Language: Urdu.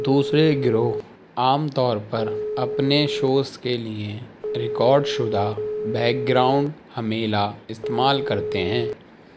دوسرے گروہ عام طور پر اپنے شوز کے لیے ریکارڈ شدہ بیک گراؤنڈ ہمیلا استعمال کرتے ہیں